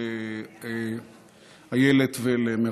לאיילת ולמירב.